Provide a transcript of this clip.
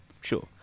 sure